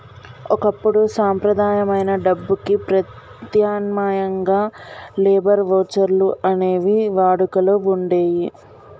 ఒకప్పుడు సంప్రదాయమైన డబ్బుకి ప్రత్యామ్నాయంగా లేబర్ వోచర్లు అనేవి వాడుకలో వుండేయ్యి